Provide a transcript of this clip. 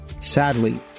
Sadly